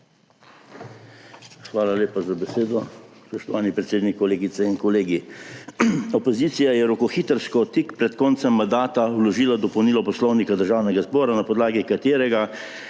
Hvala lepa za besedo, spoštovani predsednik. Kolegice in kolegi! Opozicija je rokohitrsko, tik pred koncem mandata vložila dopolnilo Poslovnika državnega zbora, na podlagi katerega